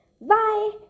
Bye